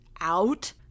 out